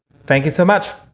thank you so much